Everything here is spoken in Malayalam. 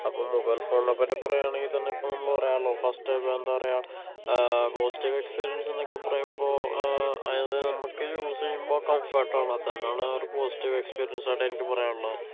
അപ്പോൾ മൊബൈൽ ഫോണിനെപ്പറ്റി പറയുകയാണെങ്കിൽ തന്നെ ഇപ്പോൾ നമ്മൾ പറയാമല്ലോ ഫസ്റ്റ് ഇപ്പോൾ എന്താണ് പാറയുക പോസിറ്റീവ് എക്സ്പീരിയൻസ് എന്നൊക്കെ പറയുമ്പോൾ അത് നമുക്ക് യൂസ് ചെയ്യുമ്പോൾ കംഫേർട്ടാവണം അത് തന്നെയാണ് പോസിറ്റീവ് എക്സ്പീരിയൻസായിട്ട് എനിക്ക് പറയാനുള്ളത്